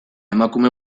emakume